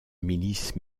milice